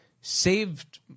saved